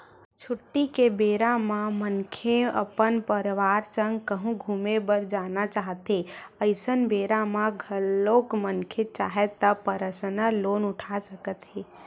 छुट्टी के बेरा म मनखे अपन परवार संग कहूँ घूमे बर जाना चाहथें अइसन बेरा म घलोक मनखे चाहय त परसनल लोन उठा सकत हे